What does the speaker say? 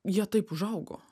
jie taip užaugo